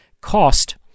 cost